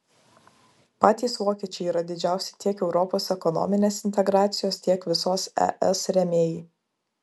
patys vokiečiai yra didžiausi tiek europos ekonominės integracijos tiek visos es rėmėjai